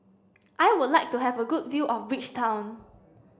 I would like to have a good view of Bridgetown